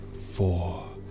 four